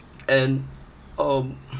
and um